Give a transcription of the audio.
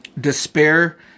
Despair